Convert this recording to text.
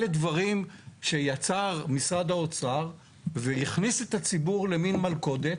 אלה דברים שיצר משרד האוצר והכניס את הציבור למן מלכודת